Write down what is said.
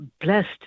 blessed